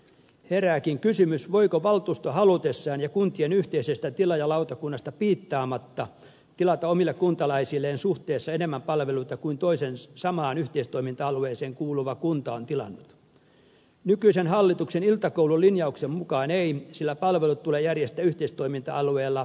herääkin kysymys voiko valtuusto halutessaan ja kuntien yhteisestä tilaajalautakunnasta piittaamatta tilata omille kuntalaisilleen suhteessa enemmän palveluita kuin toinen samaan yhteistoiminta alueeseen kuuluva kunta on tilannut nykyisen hallituksen iltakoulun linjauksen mukaan ei sillä palvelut tulee järjestää yhteistoiminta alueella yhdenvertai sesti